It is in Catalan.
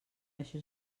això